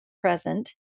present